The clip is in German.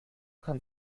kann